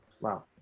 Wow